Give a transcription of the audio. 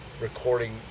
recording